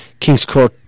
Kingscourt